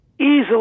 easily